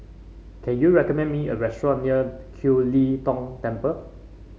can you recommend me a restaurant near Kiew Lee Tong Temple